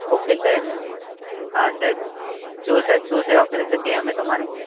okay સાહેબ હા સાહેબ શું સાહેબ શું સેવા કરી શકીએ અમે તમારી